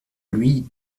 lui